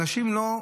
אנשים לא,